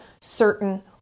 certain